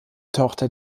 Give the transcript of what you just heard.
tochter